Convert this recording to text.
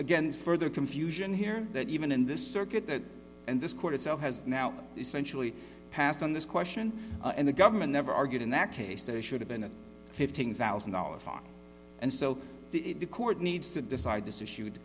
again further confusion here that even in this circuit and this court itself has now essentially passed on this question and the government never argued in that case there should have been a fifteen thousand dollars fine and so the court needs to decide t